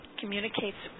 communicates